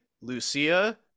Lucia